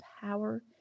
power